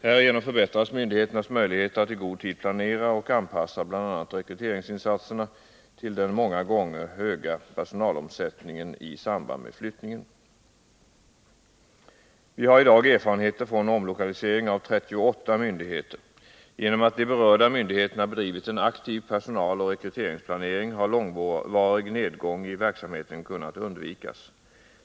Härigenom förbättras myndigheternas möjligheter att i god tid planera och anpassa bl.a. rekryteringsinsatserna till den många gånger höga personalomsättningen i samband med flyttningen. Vi har i dag erfarenheter från omlokalisering av 38 myndigheter. Genom att de berörda myndigheterna bedrivit en aktiv personaloch rekryteringsplanering har långvarig nedgång i verksamheten kunnat undvikas.